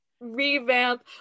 revamp